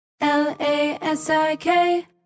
L-A-S-I-K